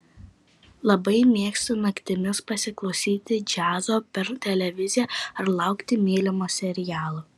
labai mėgstu naktimis pasiklausyti džiazo per televiziją ar laukti mylimo serialo